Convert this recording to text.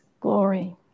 glory